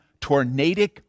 tornadic